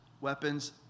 weapons